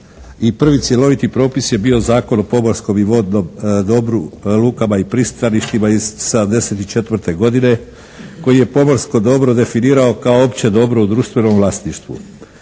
prvi cjeloviti propis je bio Zakon o pomorskom i vodnom dobru, lukama i pristaništima iz '74. godine koji je pomorsko dobro definirao kao opće dobro u društvenom vlasništvu.